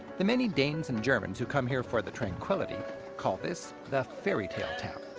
the many danes and germans who come here for the tranquility call this the fairy tale town.